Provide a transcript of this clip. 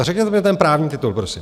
Řekněte mi ten právní titul, prosím.